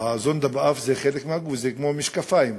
הזונדה באף זה כמו משקפיים.